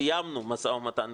סיימנו משא ומתן,